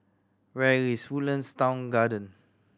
where is Woodlands Town Garden